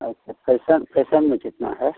अच्छा fashion fashion में कितना है